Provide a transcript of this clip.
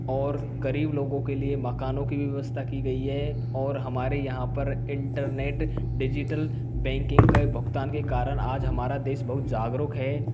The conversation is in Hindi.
और गरीब लोगों के लिए मकानों की व्यवस्था की भी गई है और हमारे यहाँ पर इंटरनेट डिजिटल बैंकिंग के भुगतान के कारण आज हमारा देश बहुत जागरूक है